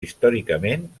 històricament